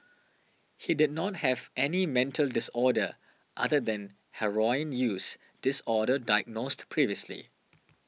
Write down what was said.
he did not have any mental disorder other than heroin use disorder diagnosed previously